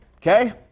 Okay